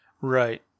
Right